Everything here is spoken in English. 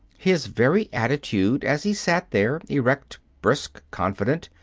his very attitude as he sat there, erect, brisk, confident,